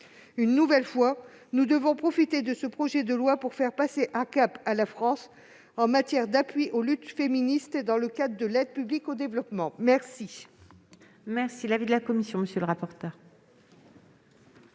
Une nouvelle fois, nous devons profiter du présent projet de loi pour faire passer à la France un cap en matière d'appui aux luttes féministes dans le cadre de l'aide publique au développement. Quel